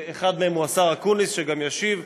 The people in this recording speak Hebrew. אחד מהם הוא השר אקוניס, שגם ישיב.